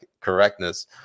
correctness